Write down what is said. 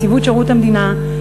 נציבות שירות המדינה,